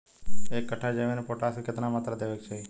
एक कट्ठा जमीन में पोटास के केतना मात्रा देवे के चाही?